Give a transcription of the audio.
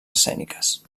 escèniques